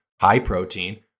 high-protein